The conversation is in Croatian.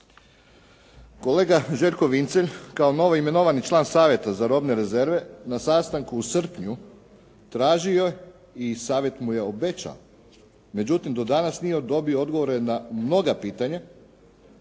Kolega Željko Vincelj, kao novoimenovani član Savjeta za robne rezerve, na sastanku u srpnju tražio je i Savjet mu je obećao, međutim do danas nije dobio odgovore na mnoga pitanja,